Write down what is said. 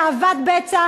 תאוות בצע,